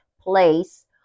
place